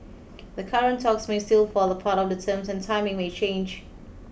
the current talks may still fall apart or the terms and timing may change